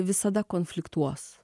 visada konfliktuos